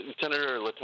Senator